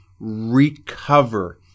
Recover